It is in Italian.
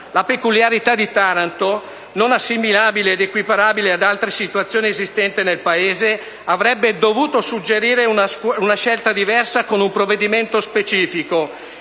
La peculiarità di Taranto, non assimilabile ed equiparabile ad altre situazioni esistenti nel Paese, avrebbe dovuto suggerire una scelta diversa, con un provvedimento specifico.